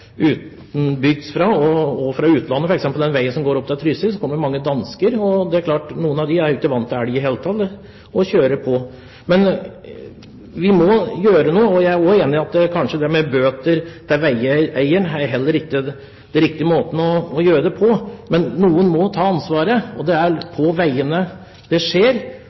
den veien som går til Trysil, og det er klart at noen av dem er jo ikke vant til elg i det hele tatt. Vi må gjøre noe, og jeg er også enig i at kanskje det med bøter til veieieren heller ikke er den riktige måten å gjøre det på. Men noen må ta ansvaret. Det er på veiene det skjer,